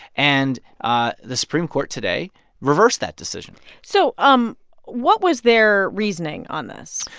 and ah the supreme court today reversed that decision so um what was their reasoning on this?